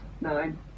nine